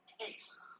taste